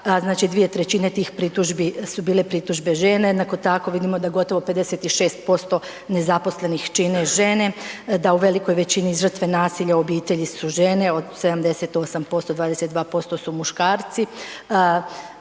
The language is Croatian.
znači 2/3 tih pritužbi su bile pritužbe žene. Jednako tako vidimo da gotovo 56% nezaposlenih čine žene, da u velikoj većini žrtve nasilja u obitelji su žene, od 78%, 22% su muškarci.